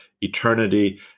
eternity